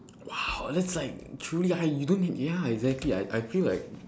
!whoa! that's like truly eye you don't need ya exactly I I feel like